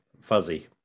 fuzzy